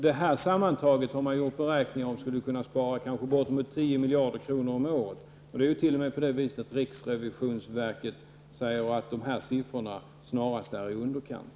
Det här sammantaget skulle kunna göra att vi sparar kanske bortemot 10 miljarder om året. Det är t.o.m. så att riksrevisionsverket har sagt att denna siffra snarast är i underkant.